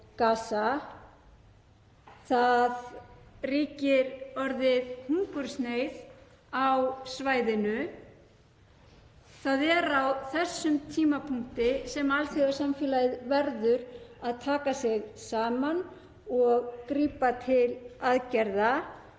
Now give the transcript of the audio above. Það ríkir orðið hungursneyð á svæðinu. Það er á þessum tímapunkti sem alþjóðasamfélagið verður að taka sig saman og grípa til aðgerða